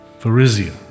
Verizia